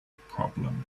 problem